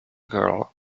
girl